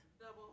double